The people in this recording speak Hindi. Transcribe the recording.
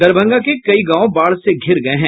दरभंगा के कई गांव बाढ़ से घिर गये हैं